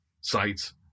sites